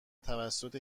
توسط